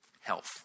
health